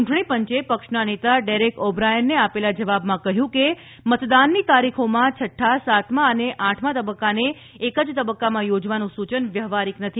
ચૂંટણી પંચે પક્ષના નેતા ડેરેક ઓ બ્રાયનને આપેલા જવાબમાં કહ્યું કે મતદાનની તારીખોના છઠ્ઠા સાતમાં અને આઠમા તબક્કાને એક જ તબક્કામાં યોજવાનું સુચન વ્યવહારિક નથી